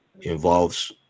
involves